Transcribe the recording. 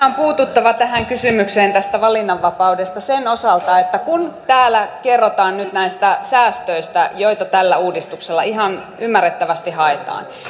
on vielä puututtava tähän kysymykseen tästä valinnanvapaudesta sen osalta että kun täällä kerrotaan nyt näistä säästöistä joita tällä uudistuksella ihan ymmärrettävästi haetaan